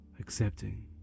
Accepting